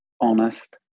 honest